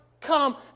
come